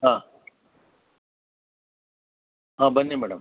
ಹಾಂ ಹಾಂ ಬನ್ನಿ ಮೇಡಮ್